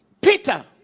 Peter